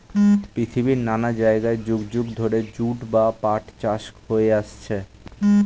পৃথিবীর নানা জায়গায় যুগ যুগ ধরে জুট বা পাট চাষ হয়ে আসছে